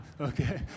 okay